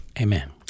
amen